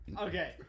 okay